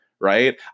Right